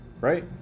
Right